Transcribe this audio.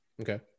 Okay